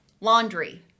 laundry